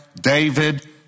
David